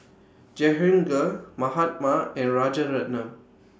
Jehangirr Mahatma and Rajaratnam